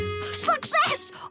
Success